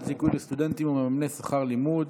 זיכוי לסטודנטים ומממני שכר לימוד),